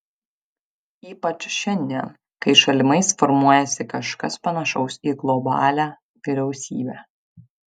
ypač šiandien kai šalimais formuojasi kažkas panašaus į globalią vyriausybę